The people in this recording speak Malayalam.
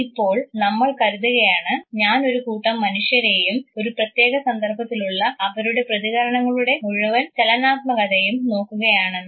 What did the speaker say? ഇപ്പോൾ നമ്മൾ കരുതുകയാണ് ഞാൻ ഒരു കൂട്ടം മനുഷ്യരെയും ഒരു പ്രത്യേക സന്ദർഭത്തിലുള്ള അവരുടെ പ്രതികരണങ്ങളുടെ മുഴുവൻ ചലനാത്മകതയും നോക്കുകയാണെന്ന്